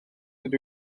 dydw